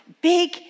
big